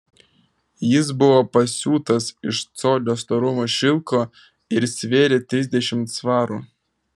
jis buvo pasiūtas iš colio storumo šilko ir svėrė trisdešimt svarų